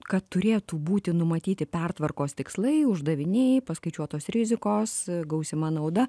kad turėtų būti numatyti pertvarkos tikslai uždaviniai paskaičiuotos rizikos gausima nauda